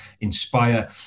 inspire